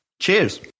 Cheers